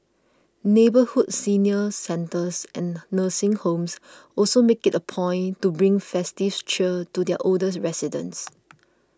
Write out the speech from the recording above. neighbourhood senior centres and nursing homes also make it a point to bring festive cheer to their older residents